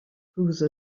whose